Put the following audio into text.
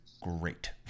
great